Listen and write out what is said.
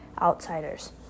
outsiders